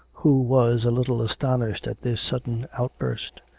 who was a little astonished at this sudden outburst.